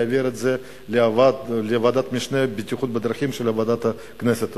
להעביר את זה לוועדת משנה לבטיחות בדרכים של ועדת הכנסת.